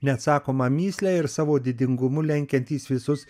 neatsakomą mįslę ir savo didingumu lenkiantys visus